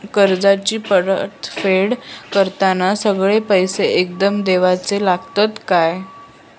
कर्जाची परत फेड करताना सगळे पैसे एकदम देवचे लागतत काय?